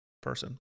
person